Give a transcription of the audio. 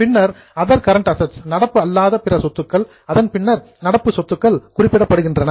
பின்னர் other non current assets நடப்பு அல்லாத பிற சொத்துக்கள் அதன் பின்னர் நடப்பு சொத்துக்கள் குறிப்பிடப்படுகின்றன